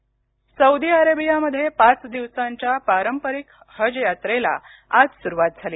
हज् Saudi अरेबियामध्ये पाच दिवसांच्या पारंपरिक हज यात्रेला आज सुरुवात झाली